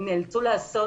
הם נאלצו לעשות